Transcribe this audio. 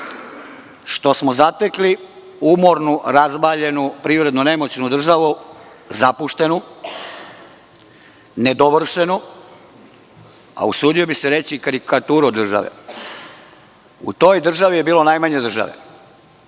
što smo zatekli umornu razvaljenu privredno nemoćnu državu, zapuštenu, nedovršenu, a usudio bih se reći karikaturu od države. U toj državi je bilo najmanje države.